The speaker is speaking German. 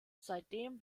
seitdem